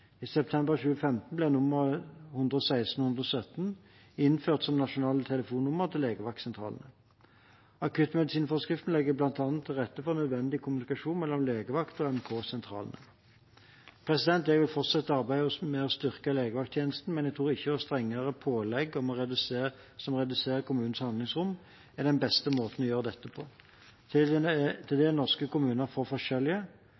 I september 2015 ble nummeret 116117 innført som nasjonalt telefonnummer til legevaktsentralen. Akuttmedisinforskriften legger bl.a. til rette for nødvendig kommunikasjon mellom legevakt og AMK-sentralene. Jeg vil fortsette arbeidet med å styrke legevakttjenesten, men jeg tror ikke strengere pålegg, som å redusere kommunenes handlingsrom, er den beste måten å gjøre dette på. Til det er norske kommuner for forskjellige.